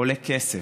עולה כסף.